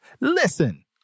Listen